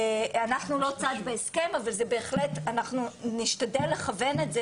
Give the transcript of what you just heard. אנחנו לא צד בהסכם אבל בהחלט אנחנו נשתדל לכוון את זה